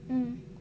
mm